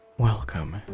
Welcome